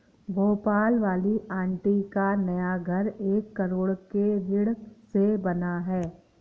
भोपाल वाली आंटी का नया घर एक करोड़ के ऋण से बना है